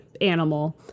animal